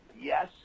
Yes